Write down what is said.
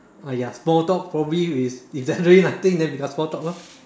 uh ya small talk probably is if there's really nothing then become small talk lor